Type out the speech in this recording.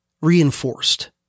reinforced